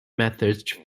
methods